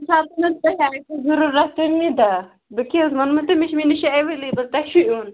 ییٚمہِ ساتہٕ حظ تۅہہِ آسوٕ ضروٗرَت تَمی دۄہ بہٕ کیٛاہ حظ ووٚنمو تۅہہِ مےٚ مےٚ نِش چھِ ایٚوِلیبُل تۅہہِ چھُ یُن